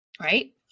right